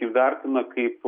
jį vertina kaip